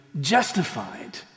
justified